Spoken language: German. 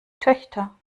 töchter